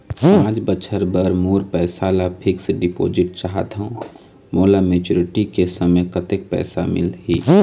पांच बछर बर मोर पैसा ला फिक्स डिपोजिट चाहत हंव, मोला मैच्योरिटी के समय कतेक पैसा मिल ही?